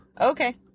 Okay